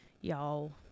y'all